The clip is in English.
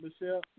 Michelle